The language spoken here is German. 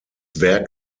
werk